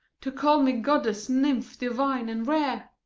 to call me goddess, nymph, divine, and rare,